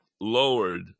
lowered